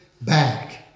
back